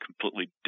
completely